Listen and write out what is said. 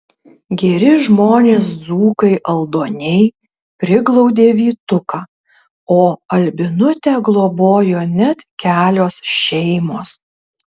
geri žmonės dzūkai aldoniai priglaudė vytuką o albinutę globojo net kelios šeimos